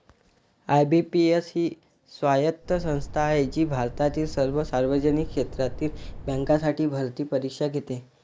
IBPS ही स्वायत्त संस्था आहे जी भारतातील सर्व सार्वजनिक क्षेत्रातील बँकांसाठी भरती परीक्षा घेते